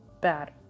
bad